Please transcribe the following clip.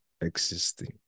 existing